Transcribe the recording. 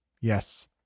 Yes